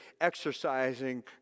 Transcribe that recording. exercising